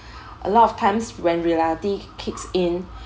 a lot of times when reality kicks in